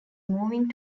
moving